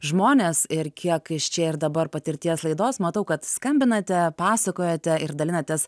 žmonės ir kiek iš čia ir dabar patirties laidos matau kad skambinate pasakojate ir dalinatės